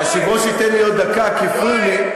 היושב-ראש ייתן לי עוד דקה כי הפריעו לי.